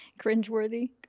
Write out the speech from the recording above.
Cringeworthy